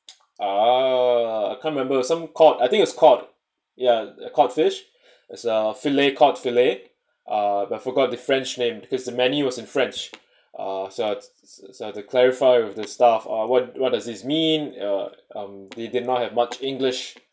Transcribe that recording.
oh I can't remember some called I think it's called ya cod fish as a filet cod fillet ah but I forgot the french name because the menu was in french uh so so to clarify of the staff uh what what does this mean or um they did not have much english